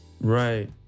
Right